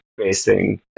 facing